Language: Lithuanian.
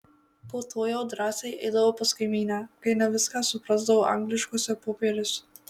po to jau drąsiai eidavau pas kaimynę kai ne viską suprasdavau angliškuose popieriuose